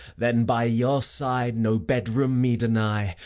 then by your side no bed-room me deny,